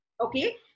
Okay